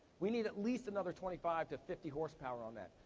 we need at least another twenty five to fifty horsepower on that.